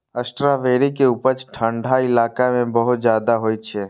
strawberry के उपज ठंढा इलाका मे बहुत ज्यादा होइ छै